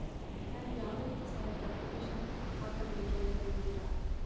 ನಾನು ಯಾವ ರೀತಿ ಸಾಲಕ್ಕೆ ಅಪ್ಲಿಕೇಶನ್ ಹಾಕಬೇಕೆಂದು ಹೇಳ್ತಿರಾ?